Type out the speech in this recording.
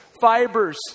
fibers